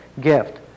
gift